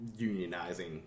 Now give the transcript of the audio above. unionizing